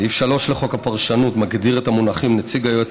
סעיף 3 לחוק הפרשנות מגדיר את המונחים "נציג היועץ